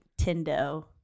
tendo